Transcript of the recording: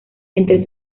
entre